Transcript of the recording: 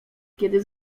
kiedy